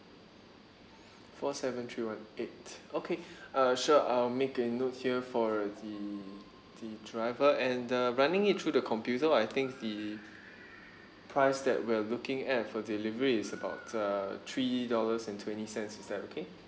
four seven three one eight okay uh sure I'll make a note here for the the driver and the running it through the computer I think the price that we're looking at for delivery is about uh three dollars and twenty cents is that okay